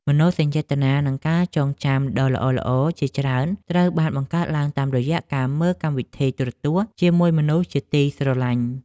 មនោសញ្ចេតនានិងការចងចាំដ៏ល្អៗជាច្រើនត្រូវបានបង្កើតឡើងតាមរយៈការមើលកម្មវិធីទូរទស្សន៍ជាមួយមនុស្សជាទីស្រឡាញ់។